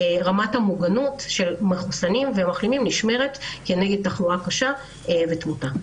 רמת המוגנות של מחוסנים ומחלימים נשמרת כנגד תחלואה קשה ותמותה.